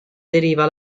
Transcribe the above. deriva